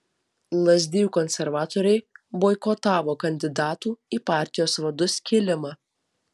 lazdijų konservatoriai boikotavo kandidatų į partijos vadus kėlimą